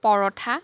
পৰঠা